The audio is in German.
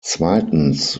zweitens